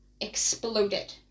Exploded